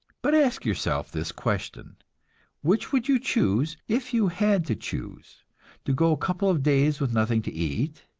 but ask yourself this question which would you choose, if you had to choose to go a couple of days with nothing to eat,